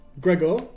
Gregor